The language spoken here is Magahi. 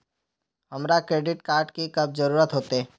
हमरा क्रेडिट कार्ड की कब जरूरत होते?